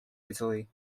italy